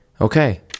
Okay